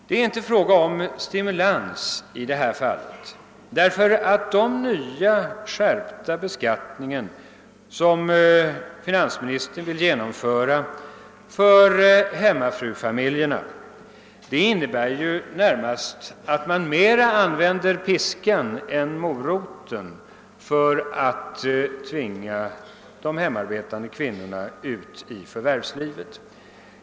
Det är inte fråga om någon stimulans, eftersom den nya skärpning i beskattningen som finansministern vill genomföra för hemmafrufamiljerna innebär att man använder piskan snarare än moroten för att tvinga de hemmaarbetande kvinnorna ut i förvärvslivet.